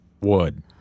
Wood